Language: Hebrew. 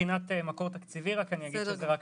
מבחינת מקור תקציבי אני אגיד שזה רק